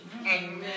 Amen